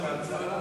ההצעה שלא